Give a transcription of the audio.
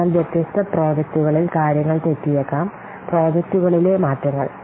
അതിനാൽ വ്യത്യസ്ത പ്രോജക്റ്റുകളിൽ കാര്യങ്ങൾ തെറ്റിയേക്കാം പ്രോജക്റ്റുകളിലെ മാറ്റങ്ങൾ